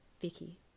Vicky